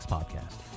Podcast